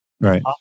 Right